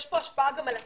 יש פה השפעה גם על התמ"ג.